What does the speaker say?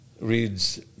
reads